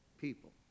people